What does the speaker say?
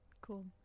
Cool